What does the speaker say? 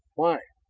why?